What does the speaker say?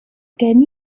gen